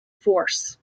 force